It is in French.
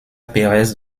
perez